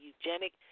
eugenic